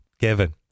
Kevin